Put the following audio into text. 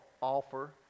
offer